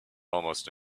almost